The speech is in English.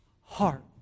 heart